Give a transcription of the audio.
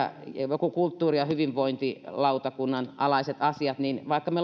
jotkut kulttuuri ja hyvinvointilautakunnan alaiset asiat vaikka me